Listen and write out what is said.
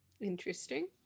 Interesting